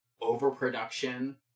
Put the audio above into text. overproduction